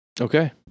Okay